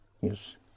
yes